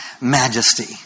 Majesty